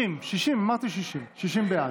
60. 60. אמרתי 60. 60 בעד.